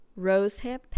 rosehip